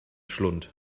schlund